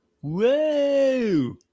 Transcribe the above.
whoa